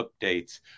updates